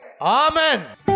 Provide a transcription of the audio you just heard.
Amen